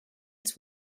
its